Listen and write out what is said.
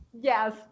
yes